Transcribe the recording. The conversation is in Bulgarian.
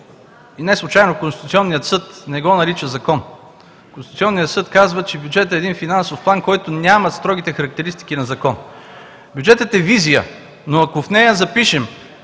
И неслучайно Конституционният съд не го нарича закон. Конституционният съд казва, че бюджетът е един финансов план, който няма строгите характеристики на закон. Бюджетът е визия, но ако в нея запишем,